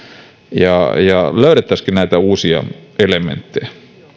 ja ja katsoa löytäisimmekö näitä uusia elementtejä